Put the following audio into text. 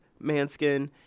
Manskin